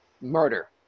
Murder